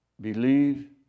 believe